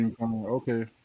Okay